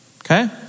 Okay